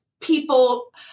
people